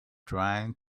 trying